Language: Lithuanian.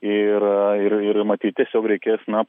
ir ir ir matyt tiesiog reikės na